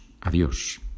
adiós